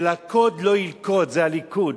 ולכוד לא ילכוד, זה הליכוד.